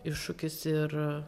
iššūkis ir